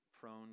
prone